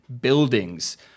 buildings